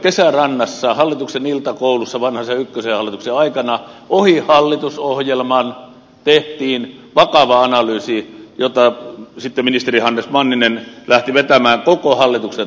kesärannassa hallituksen iltakoulussa vanhasen ensimmäisen hallituksen aikana ohi hallitusohjelman tehtiin vakava analyysi jota sitten ministeri hannes manninen lähti vetämään koko hallituksen tuella